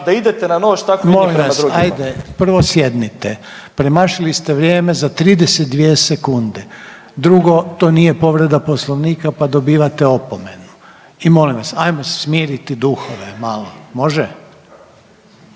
**Reiner, Željko (HDZ)** Kolega Miletić, molim vas hajde prvo sjednite. Premašili ste vrijeme za 32 sekunde. Drugo, to nije povreda Poslovnika pa dobivate opomenu. I molim vas hajmo se smiriti duhove malo. Može?